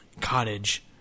cottage